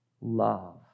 love